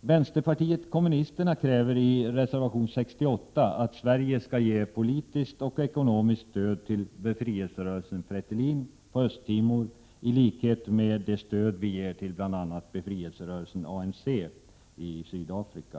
Vpk kräver i reservation nr 68 att Sverige skall ge politiskt och ekonomiskt stöd till befrielserörelsen Fretilin på Östtimor i likhet med det stöd som ges till bl.a. befrielserörelsen ANC i Sydafrika.